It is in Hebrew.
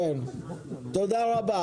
תודה רבה.